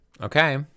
okay